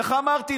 איך אמרתי?